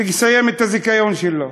מסיים את הזיכיון שלו,